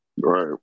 Right